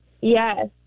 Yes